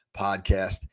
podcast